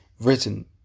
written